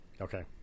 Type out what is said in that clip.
Okay